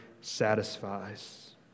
satisfies